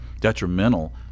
detrimental